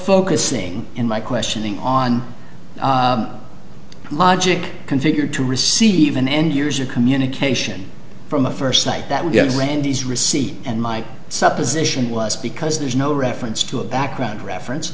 focusing in my questioning on logic configured to receive an end years of communication from the first night that we get randy's receipt and my supposition was because there's no reference to a background reference